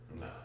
No